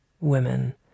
women